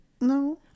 no